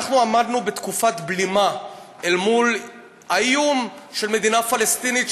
אנחנו עמדנו בתקופת בלימה אל מול האיום של מדינה פלסטינית,